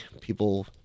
People